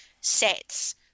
sets